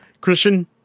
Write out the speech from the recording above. Christian